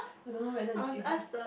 I don't know whether they still have